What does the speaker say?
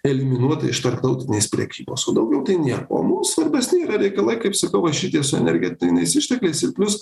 eliminuota iš tarptautinės prekybos o daugiau tai nieko o mums svarbesni yra reikalai kaip sakiau va šitie su energetiniais ištekliais ir plius